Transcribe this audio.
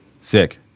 sick